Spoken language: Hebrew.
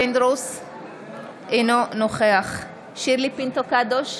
אינו נוכח שירלי פינטו קדוש,